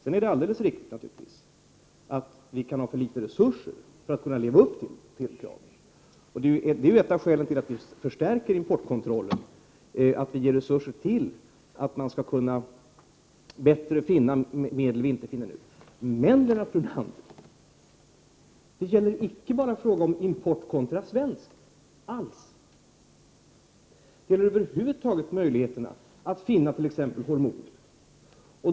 Sedan är det naturligtvis alldeles riktigt att vi kan ha för litet resurser för att leva upp till kraven. Det är ett skäl till att vi nu vill stärka importkontrollen och ge resurser för att finna ämnen som man inte kan finna nu. Men, Lennart Brunander, det gäller icke bara import kontra svenskt eller över huvud taget möjligheterna att finna t.ex. hormoner.